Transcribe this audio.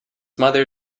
mother